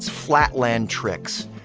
flatland tricks.